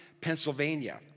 Pennsylvania